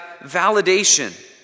validation